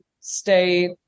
stay